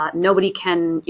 ah nobody can, you